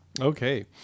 Okay